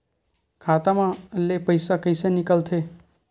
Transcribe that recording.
खाता मा ले पईसा कइसे निकल थे?